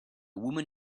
woman